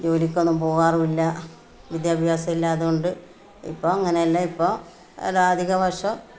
ജോലിക്കൊന്നും പോവാറും ഇല്ല വിദ്യാഭ്യാസം ഇല്ല അതുകൊണ്ട് ഇപ്പോൾ അങ്ങനെയല്ല ഇപ്പോൾ എല്ലാ അധികവശവും